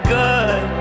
good